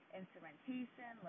instrumentation